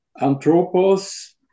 Anthropos